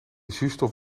zuurstof